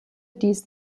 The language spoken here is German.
dies